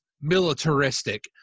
militaristic